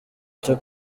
cyo